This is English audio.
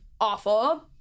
awful